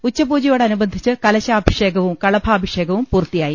ഉച്ചപൂജയോടനുബന്ധിച്ച് കലശാഭിഷേകവും കളഭാ ഭിഷേകവും പൂർത്തിയായി